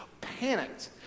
panicked